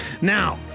Now